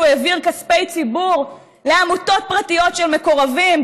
העביר כספי ציבור לעמותות פרטיות של מקורבים,